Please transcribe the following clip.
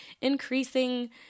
increasing